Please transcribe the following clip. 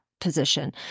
Position